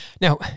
Now